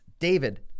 David